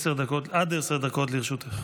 עד עשר דקות לרשותך.